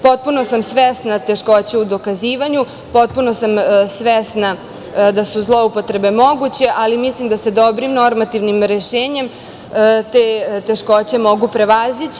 Potpuno sam svesna teškoća u dokazivanju, potpuno sam svesna da su zloupotrebe moguće, ali mislim da se dobrim normativnim rešenjem te teškoće mogu prevazići.